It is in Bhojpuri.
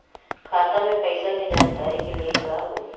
खाता मे पैसा के जानकारी के लिए का होई?